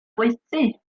bwyty